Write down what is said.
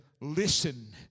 listen